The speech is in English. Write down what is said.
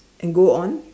and go on